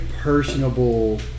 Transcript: personable